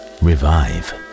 revive